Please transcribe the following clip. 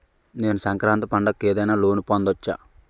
నేను సంక్రాంతి పండగ కు ఏదైనా లోన్ పొందవచ్చా?